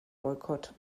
boykott